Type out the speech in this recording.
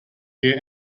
gear